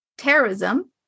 terrorism